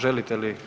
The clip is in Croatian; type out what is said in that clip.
Želite li?